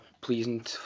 pleasing